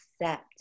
accept